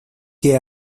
que